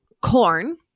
corn